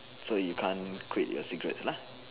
so you can't quit your cigarette lah